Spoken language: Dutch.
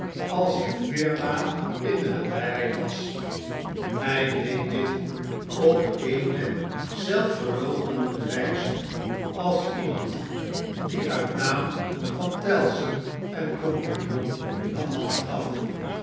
als de firma in de nabijheid was hij deed dit op eene zelfverloochenende wijze als iemand die uit naam van tellson en cie de hand gaf